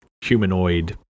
humanoid